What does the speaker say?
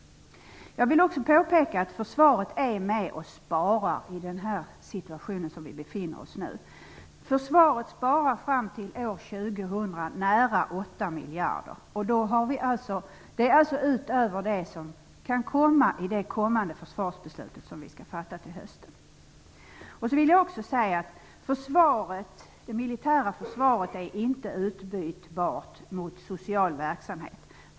Jag vill också påpeka att Försvaret är med och sparar i den situation som vi nu befinner oss i. Försvaret sparar fram till år 2000 nära 8 miljarder utöver de besparingar som kan komma att ingå i höstens försvarsbeslut. Det militära försvaret är inte utbytbart mot social verksamhet.